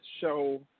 show